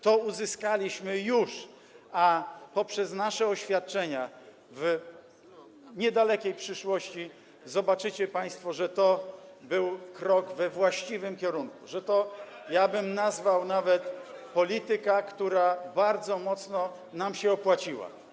To uzyskaliśmy już, a poprzez nasze oświadczenia w niedalekiej przyszłości zobaczycie państwo, że to był krok we właściwym kierunku, że to - ja bym nawet nazwał - polityka, która bardzo mocno nam się opłaciła.